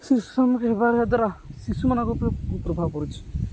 ଶିଶୁ ଦ୍ୱାରା ଶିଶୁମାନଙ୍କ ଉପରୁ ପ୍ରଭାବ ପଡ଼ୁଛିି